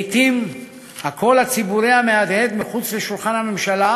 לעתים הקול הציבורי המהדהד מחוץ לממשלה